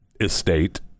estate